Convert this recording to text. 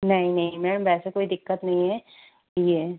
नहीं नहीं मैम वैसे कोई दिक्कत नहीं है ये